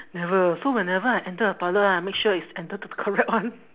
never so whenever I enter a toilet ah I make sure is enter the correct one